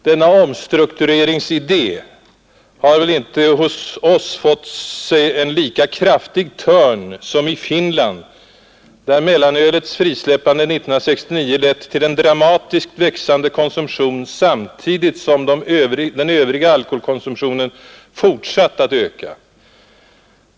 Denna omstruktureringsidé har väl inte hos oss fått sig en lika kraftig törn som i Finland, där mellanölets frisläppande 1969 lett till en dramatiskt växande konsumtion samtidigt som den övriga alkoholkonsumtionen fortsatt att öka.